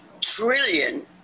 trillion